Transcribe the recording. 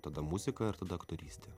tada muzika ir tada aktorystė